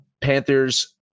Panthers